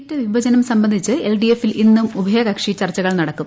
seat വിഭജനം സംബന്ധിച്ച് എൽഡിഎഫിൽ ഇന്നും ഉഭയകക്ഷി ചർച്ചകൾ നടക്കും